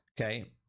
Okay